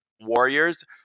warriors